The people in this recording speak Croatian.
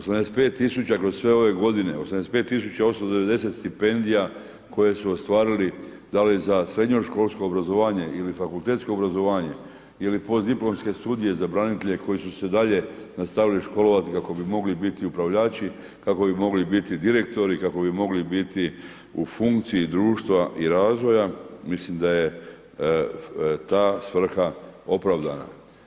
85 tisuća kroz sve ove godine, 85 tisuća 890 stipendija koje su ostvarili da li za srednjoškolsko obrazovanje ili fakultetsko obrazovanje ili postdiplomske studije za branitelje koji su se dalje nastavili školovati kako bi mogli biti upravljači, kako bi mogli biti direktori, kako bi mogli biti u funkciji društva i razvoja, mislim da je ta svrha opravdana.